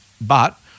But-